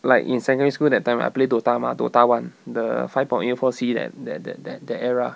like in secondary school that time I play dota mah dota one the five point eight four C that that that that that era